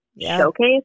showcase